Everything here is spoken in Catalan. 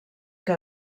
que